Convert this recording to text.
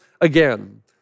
again